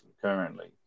currently